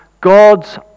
God's